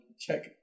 check